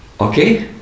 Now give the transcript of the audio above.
okay